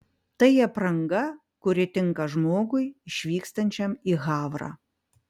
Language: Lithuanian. tai apranga kuri tinka žmogui išvykstančiam į havrą